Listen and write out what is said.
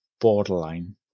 borderline